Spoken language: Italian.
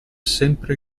sempre